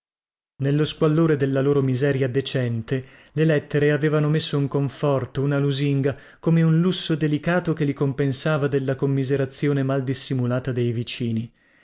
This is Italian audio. nello squallore della loro miseria decente le lettere avevano messo un conforto una lusinga come un lusso delicato che li compensava della commiserazione mal dissimulata dei vicini